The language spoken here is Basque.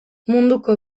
munduko